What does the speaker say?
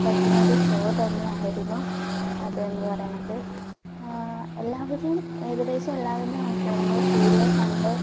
പറ്റണ ഒരു ഷോ തന്നെയായിരുന്നു അത് എന്ന് പറയണത് എല്ലാവരും ഏകദേശം എല്ലാവരും മനസിലായി നമ്മൾ സീരിയൽ കണ്ട്